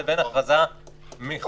לבין הכרזה מחודשת,